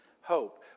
Hope